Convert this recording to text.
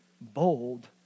bold